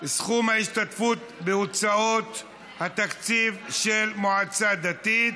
(סכום ההשתתפות בהוצאות התקציב של מועצה דתית),